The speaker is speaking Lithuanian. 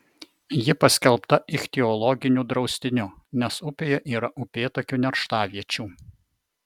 ji paskelbta ichtiologiniu draustiniu nes upėje yra upėtakių nerštaviečių